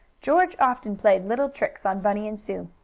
george often played little tricks on bunny and sue.